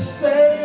say